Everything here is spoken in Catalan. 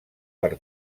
per